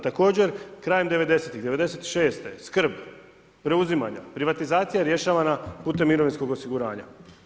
Također, krajem 90-ih, '96., skrb preuzimanja, privatizacija rješavana putem mirovinskog osiguranja.